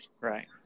right